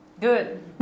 Good